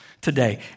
today